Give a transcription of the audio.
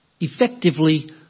effectively